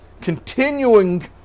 continuing